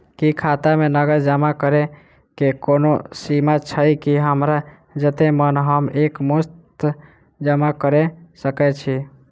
की खाता मे नगद जमा करऽ कऽ कोनो सीमा छई, की हमरा जत्ते मन हम एक मुस्त जमा कऽ सकय छी?